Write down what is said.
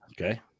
Okay